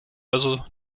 also